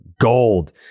gold